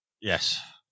Yes